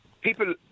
People